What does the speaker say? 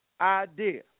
idea